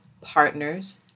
partners